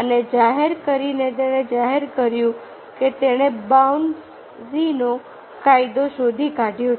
અને જાહેર કરીને તેણે જાહેર કર્યું કે તેણે બાઉન્સીનો કાયદો શોધી કાઢ્યો છે